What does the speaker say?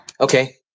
Okay